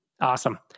Awesome